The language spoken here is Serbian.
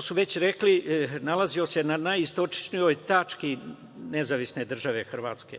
su već rekli, nalazio se na najistočnijoj tački Nezavisne Države Hrvatske,